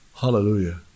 Hallelujah